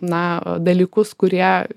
na dalykus kurie